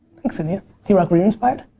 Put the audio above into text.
thanks, india. drock, were you inspired? ah.